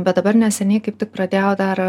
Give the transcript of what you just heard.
bet dabar neseniai kaip tik pradėjau dar